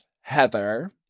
Heather